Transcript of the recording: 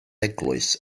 eglwys